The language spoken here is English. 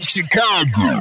Chicago